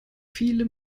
viele